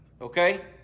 okay